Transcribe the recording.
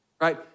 Right